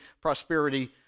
prosperity